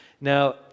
Now